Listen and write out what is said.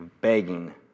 begging